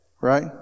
right